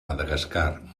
madagascar